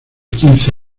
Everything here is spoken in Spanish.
quince